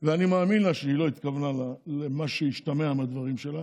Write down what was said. ואני מאמין לה שהיא לא התכוונה למה שהשתמע מהדברים שלה.